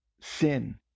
sin